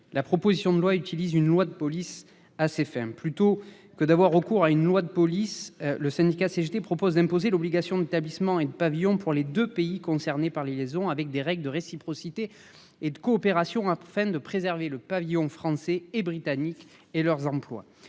la proposition de loi prévoit une loi de police assez ferme. Plutôt que d'y avoir recours, le syndicat CGT propose d'imposer l'obligation d'établissement et de pavillon pour les deux pays concernés par les liaisons, ainsi que des règles de réciprocité et de coopération, afin de préserver les pavillons français et britannique et leurs emplois.